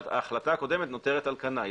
ההחלטה הקודמת נותרת על כנה.